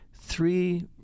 three